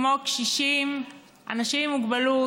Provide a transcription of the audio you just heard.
כמו קשישים, אנשים עם מוגבלות